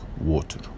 water